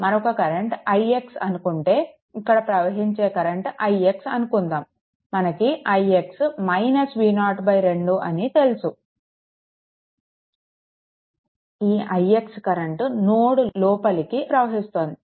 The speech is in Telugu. మరొక కరెంట్ ix అనుకుంటే ఇక్కడ ప్రవహించే కరెంట్ ix అనుకుందాము మనకు ix V0 2 అని తెలుసు ఈ ix కరెంట్ నోడ్ లోపలికి ప్రవహిస్తోంది